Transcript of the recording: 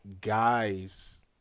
guys